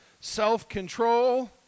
self-control